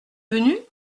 venus